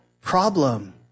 problem